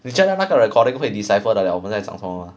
你觉得那个 recording 会 decipher 得了我们在讲什么吗